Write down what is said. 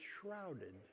shrouded